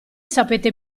sapete